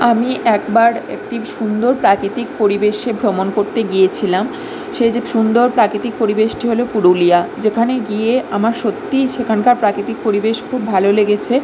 আমি একবার একটি সুন্দর প্রাকৃতিক পরিবেশে ভ্রমণ করতে গিয়েছিলাম সেই যে সুন্দর প্রাকৃতিক পরিবেশটি হল পুরুলিয়া যেখানে গিয়ে আমার সত্যিই সেখানকার প্রাকৃতিক পরিবেশ খুব ভালো লেগেছে